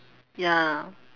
ya